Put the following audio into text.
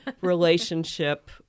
relationship